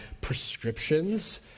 prescriptions